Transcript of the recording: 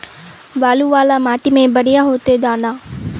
बालू वाला माटी में बढ़िया होते दाना?